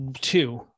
Two